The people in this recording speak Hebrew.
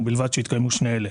ובלבד שהתקיימו שני אלה: